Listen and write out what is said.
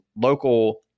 local